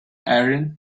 erin